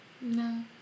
No